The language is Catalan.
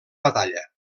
batalla